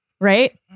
right